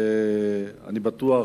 אני בטוח,